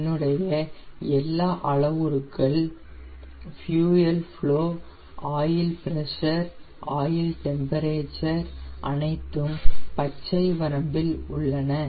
என்னுடைய எல்லா அளவுருக்கள் fuel flow oil pressure oil temperature அனைத்தும் பச்சை வரம்பில் உள்ளன